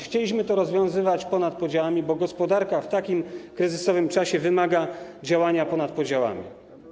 Chcieliśmy to rozwiązywać ponad podziałami, bo gospodarka w takim kryzysowym czasie wymaga działania ponad podziałami.